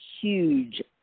huge